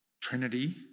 Trinity